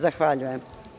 Zahvaljujem.